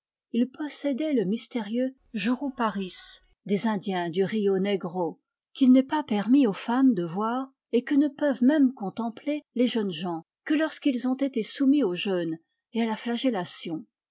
il possédait le mystérieux juruparis des indiens du rio negro qu'il n'est pas permis aux femmes de voir et que ne peuvent même contempler les jeunes gens que lorsqu'ils ont été soumis au jeûne et à la